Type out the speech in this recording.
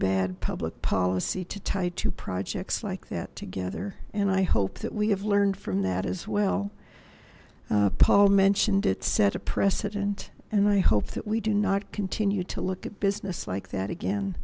bad public policy to tie to projects like that together and i hope that we have learned from that as well paul mentioned it set a precedent and i hope that we do not continue to look at business like that again